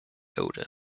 odor